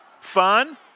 Fun